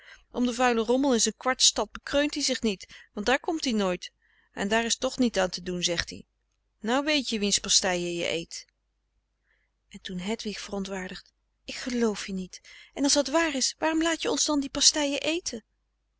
van de koele meren des doods kreunt hij zich niet want daar komt hij nooit en daar is toch niet aan te doen zegt-ie nou weet je wiens pasteien je eet en toen hedwig verontwaardigd ik geloof je niet en als dat waar is waarom laat je ons dan die pasteien eten